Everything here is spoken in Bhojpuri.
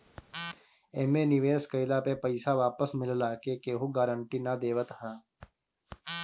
एमे निवेश कइला पे पईसा वापस मिलला के केहू गारंटी ना देवत हअ